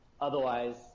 Otherwise